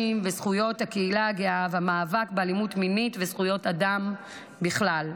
וזכויות הקהילה הגאה והמאבק באלימות מינית וזכויות אדם בכלל.